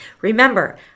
Remember